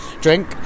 drink